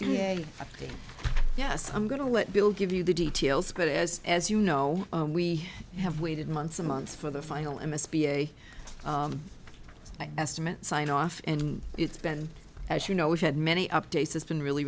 ok yes i'm going to let bill give you the details but as as you know we have waited months and months for the final m s p a estimate signed off and it's been as you know we've had many updates it's been really